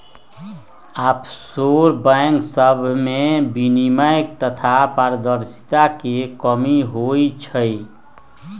offshore bank सभमें विनियमन तथा पारदर्शिता के कमी होइ छइ